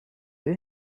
you